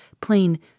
plain